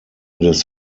des